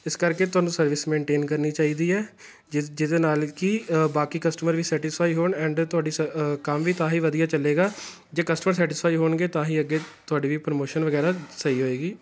ਇਸ ਕਰਕੇ ਤੁਹਾਨੂੰ ਸਰਵਿਸ ਮੈਂਟੇਨ ਕਰਨੀ ਚਾਹੀਦੀ ਹੈ ਜਿ ਜਿਹਦੇ ਨਾਲ ਕਿ ਬਾਕੀ ਕਸਟਮਰ ਵੀ ਸੈਟਿਸਫਾਈ ਹੋਣ ਐਂਡ ਤੁਹਾਡੀ ਸ ਕੰਮ ਵੀ ਤਾਂ ਹੀ ਵਧੀਆ ਚੱਲੇਗਾ ਜੇ ਕਸਟਮਰ ਸੈਟਿਸਫਾਈ ਹੋਣਗੇ ਤਾਂ ਹੀ ਅੱਗੇ ਤੁਹਾਡੀ ਵੀ ਪ੍ਰਮੋਸ਼ਨ ਵਗੈਰਾ ਸਹੀ ਹੋਵੇਗੀ